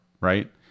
right